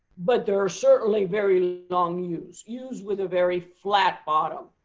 but there are certainly very long u's, u's with a very flat bottom.